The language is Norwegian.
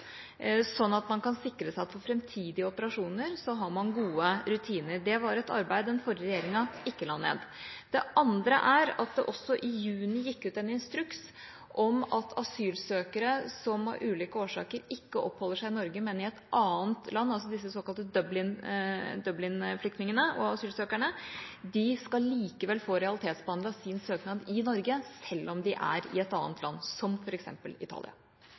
sånn at man kan sikre seg at man har gode rutiner for framtidige operasjoner. Det var et arbeid den forrige regjeringa ikke la ned. Det andre er at det også i juni gikk ut en instruks om at asylsøkere som av ulike årsaker ikke oppholder seg i Norge, men i et annet land – de såkalte Dublin-flyktningene og -asylsøkerne – likevel skal få realitetsbehandlet sin søknad i Norge selv om de er i et annet land, som f.eks. Italia.